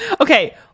Okay